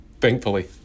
thankfully